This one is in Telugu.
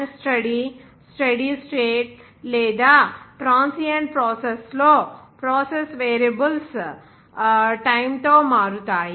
అన్ స్టెడీ స్టెడీ స్టేట్ లేదా ట్రాన్సియెంట్ ప్రాసెస్ లో process variables temperature pressure volume flow వంటివి టైమ్ తో మారుతాయి